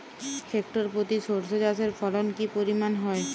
Hectare প্রতি সর্ষে চাষের ফলন কি পরিমাণ হয়?